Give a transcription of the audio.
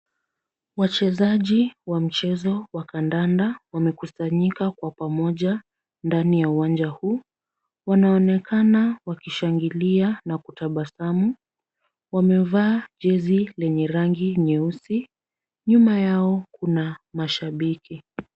Wachezaji wa mchezo wa kandanda wamekusanyika kwa pamoja ndani ya uwanja huu. Wanaonekana wakishangilia na kutabasamu. Wamevaa jezi lenye rangi nyeusi. Nyuma yao kuna mashabiki.